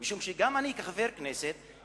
משום שגם אני כחבר כנסת,